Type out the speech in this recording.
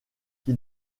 qui